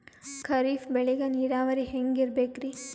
ಖರೀಫ್ ಬೇಳಿಗ ನೀರಾವರಿ ಹ್ಯಾಂಗ್ ಇರ್ಬೇಕರಿ?